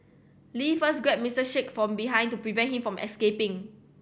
Lee first grabbed Mister Sheikh from behind to prevent him from escaping